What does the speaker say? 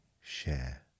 share